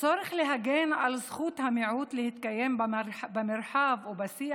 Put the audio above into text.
הצורך להגן על זכות המיעוט להתקיים במרחב ובשיח